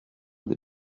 des